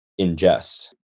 ingest